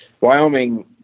wyoming